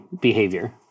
behavior